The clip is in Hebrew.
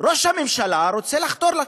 ראש הממשלה רוצה לחדור,